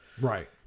right